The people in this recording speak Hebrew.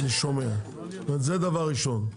זה דבר ראשון.